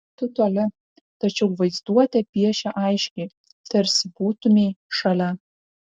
tu toli tačiau vaizduotė piešia aiškiai tarsi būtumei šalia